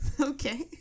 okay